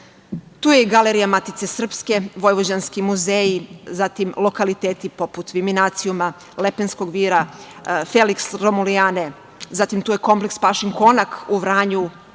Tu je i Galerija Matice srpske, vojvođanski muzeji, zatim lokaliteti poput Viminacijuma, Lepenskog vira, Feliks Romulijane, zatim tu je Pašin konak u Vranju,